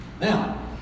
Now